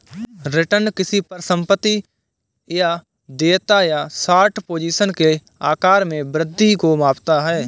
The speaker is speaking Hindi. रिटर्न किसी परिसंपत्ति या देयता या शॉर्ट पोजीशन के आकार में वृद्धि को मापता है